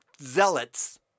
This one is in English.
zealots